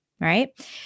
Right